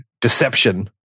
deception